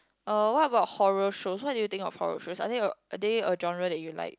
uh what about horror shows what do you think of horror shows are they a are they a genre that you like